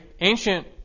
ancient